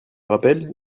rappelle